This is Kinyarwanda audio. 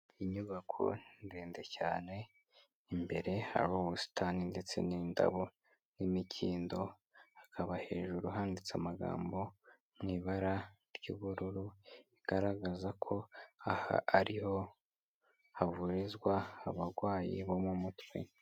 Inyubako ndende cyane, imbere hari ubusitani ndetse n'indabo n'imikindo, hakaba hejuru handitse amagambo mu ibara ry'ubururu, bigaragaza ko aha ari ho havurizwa abarwayi bo mu mutwe.